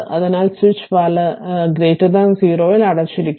അതിനാൽ സ്വിച്ച് വലത് 0 അടച്ചിരിക്കുന്നു